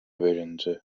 bölündü